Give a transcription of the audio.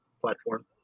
platform